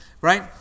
right